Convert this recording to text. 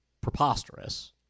preposterous